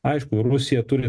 aišku rusija turi